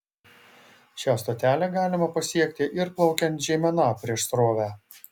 šią stotelę galima pasiekti ir plaukiant žeimena prieš srovę